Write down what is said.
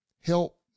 help